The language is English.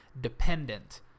dependent